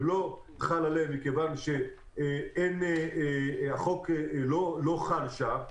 זה לא חל עליהם כי החוק לא חל שם.